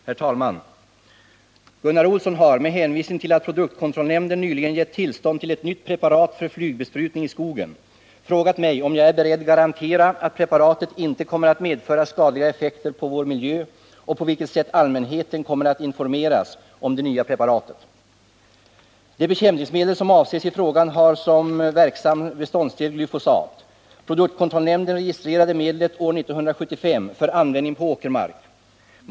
Herr talman! Gunnar Olsson har, med hänvisning till att produktkontrollnämnden nyligen gett tillstånd till ett nytt preparat för flygbesprutning i skogen, frågat mig om jag är beredd garantera att preparatet inte kommer att medföra skadliga effekter på vår miljö och på vilket sätt allmänheten kommer att informeras om det nya preparatet. Det bekämpningsmedel som avses i frågan har som verksam beståndsdel glyfosat. Produktkontrollnämnden registrerade medlet år 1975 för användning på åkermark.